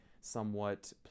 somewhat